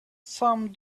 some